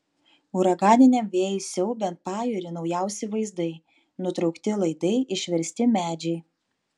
uraganiniam vėjui siaubiant pajūrį naujausi vaizdai nutraukti laidai išversti medžiai